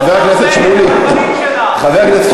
חבר הכנסת שמולי, תודה.